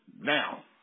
now